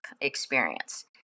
experience